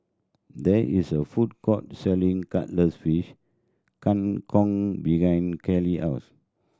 there is a food court selling Cuttlefish Kang Kong behind Karel house